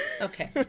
okay